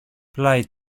πλάι